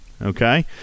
Okay